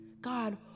God